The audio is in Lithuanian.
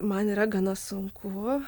man yra gana sunku